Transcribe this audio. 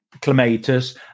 clematis